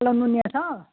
कालो नुनिया छ